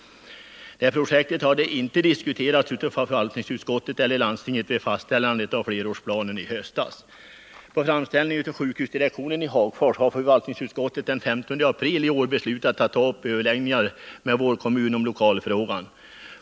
Det projektet hade inte diskuterats av förvaltningsutskottet eller landstinget vid fastställandet av flerårsplanen i höstas. På framställning av sjukhusdirektionen i Hagfors har förvaltningsutskottet den 15 april i år beslutat att ta upp överläggningar med vår kommun om lokalfrågan.